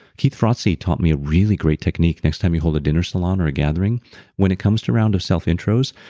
keith ferrazzi taught me a really great technique. next time you hold a dinner salon or a gathering when it comes to around of self intros,